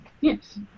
Yes